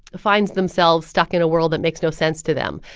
finds themselves stuck in a world that makes no sense to them.